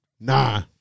Nah